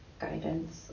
guidance